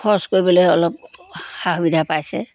খৰচ কৰিবলে অলপ সা সুবিধা পাইছে